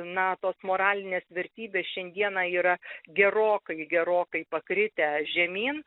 na tos moralinės vertybės šiandieną yra gerokai gerokai pakritę žemyn